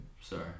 sorry